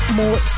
more